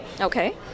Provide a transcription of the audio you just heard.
Okay